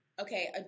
okay